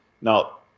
Now